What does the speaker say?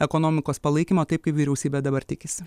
ekonomikos palaikymo taip kaip vyriausybė dabar tikisi